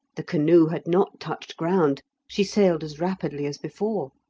the canoe had not touched ground she sailed as rapidly as before.